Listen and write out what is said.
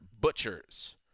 Butchers